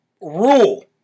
rule